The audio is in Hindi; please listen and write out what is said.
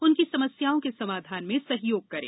उनकी समस्याओं के समाधान में सहयोग करें